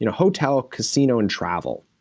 you know hotel, casino, and travel.